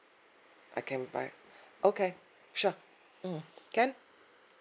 I can buy okay sure mm can